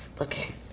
Okay